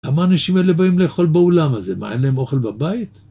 למה אנשים האלה באים לאכול באולם הזה, מה אין להם אוכל בבית?